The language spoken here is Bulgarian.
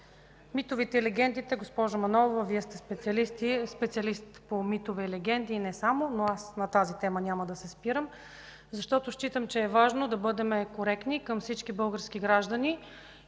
Митовете и легендите, госпожо Манолова, Вие сте специалист по митове и легенди и не само, но аз на тази тема няма да се спирам, защото считам, че е важно да бъдем коректни към всички български граждани